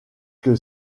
que